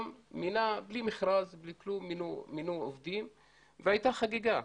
הוא מינה עובדים בלי מכרז והייתה חגיגה,